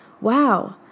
Wow